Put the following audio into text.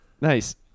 Nice